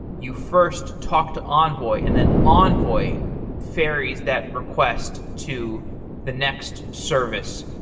you first talk to envoy, and then envoy ferries that request to the next service,